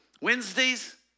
Wednesdays